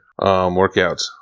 workouts